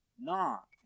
Knock